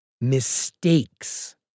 mistakes